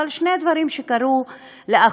אבל שני דברים קרו לאחרונה: